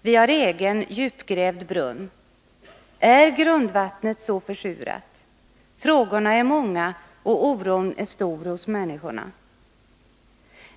Vi har egen, djupgrävd brunn. Är grundvattnet så försurat? Frågorna är många, och oron är stor hos människorna.